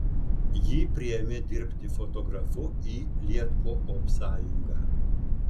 jį priėmė dirbti fotografu į lietkoopsąjungą